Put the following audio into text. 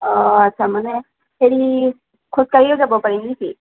অ' আচ্ছা মানে হেৰি খোজ কাঢ়িও যাব পাৰি নে কি